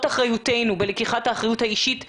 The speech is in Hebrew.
אחריותנו בלקיחת האחריות האישית שלנו.